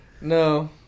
No